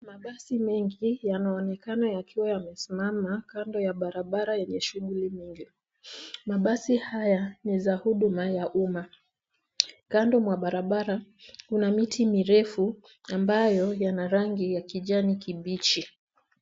Mabasi mengi yanaonekana yakiwa yamesimama kando ya barabara yenye shughuli nyingi. Mabasi haya ni za huduma ya umma. Kando ya barabara kuna miti mirefu ambayo yana rangi ya kijani kibichi.